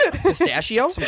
pistachio